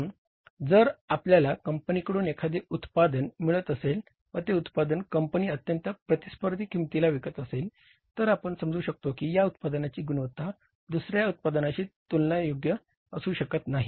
म्हणून जर आपल्याला कंपनीकडून एखादे उत्पादन मिळत असेल व ते उत्पादन कंपनी अत्यंत प्रतिस्पर्धी किंमतीला विकत असेल तर आपण समजू शकतो की या उत्पादनाची गुणवत्ता दुसऱ्या उत्पादनाशी तुलनायोग्य असू शकत नाही